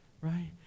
right